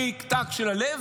תיק-תק של הלב?